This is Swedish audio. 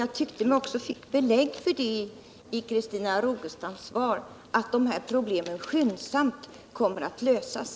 jag i Christina Rogestams svar fick belägg för min uppfattning att de här problemen skyndsamt kommer att lösas.